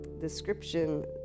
description